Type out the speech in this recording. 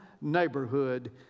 neighborhood